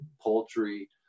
poultry